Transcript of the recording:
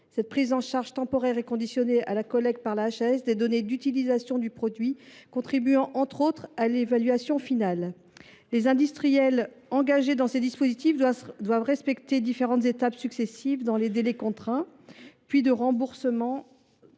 Cette prise en charge temporaire est subordonnée à la collecte par la HAS de données d’utilisation du produit contribuant, entre autres utilités, à l’évaluation finale. Les industriels engagés dans ces dispositifs doivent respecter différentes étapes successives dans des délais contraints. Les dispositions